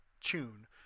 tune